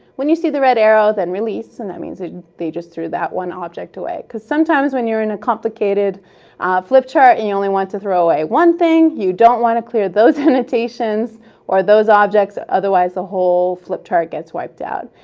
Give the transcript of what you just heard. when you see the red arrow, then release and that means they just threw that one object away. sometimes when you're in a complicated flip chart and you only want to throw away one thing, you don't want to clear those annotations or those objects, otherwise the whole flip chart gets wiped out.